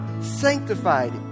sanctified